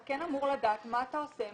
אתה אמור לדעת מה אתה עושה,